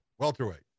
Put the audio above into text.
Welterweight